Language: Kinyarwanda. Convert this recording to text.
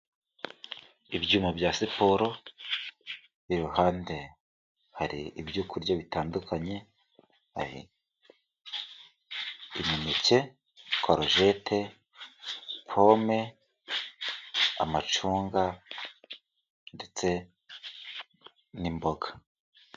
Ibyuma bya siporo, iruhande hari ibyo kurya bitandukanye, hari imineke, korojete, pome, amacunga ndetse n'imboga.